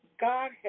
God